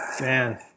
Man